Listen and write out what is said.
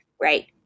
Right